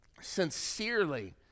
sincerely